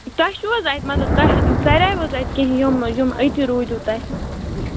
تۄہہِ چھُو حظ اَتہِ مطلب تۄہہِ ژاریاوٕ حظ اَتہِ کیٚنٛہہ یِم یِم أتی روٗدۍوٕ تۄہہِ